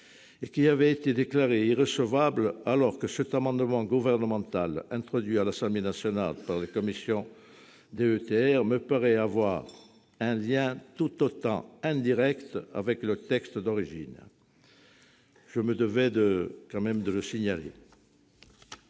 Il avait été déclaré irrecevable, alors que l'amendement gouvernemental introduit à l'Assemblée nationale sur les commissions DETR me paraît avoir un lien tout aussi indirect avec le texte d'origine. Je me devais de le signaler.